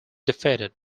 defeated